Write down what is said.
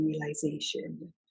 realization